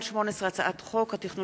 פ/4341/18 ו-פ/4342/18, הצעת חוק החברות